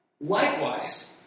likewise